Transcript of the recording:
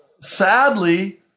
sadly